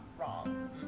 wrong